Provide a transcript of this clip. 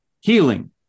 healing